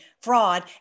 fraud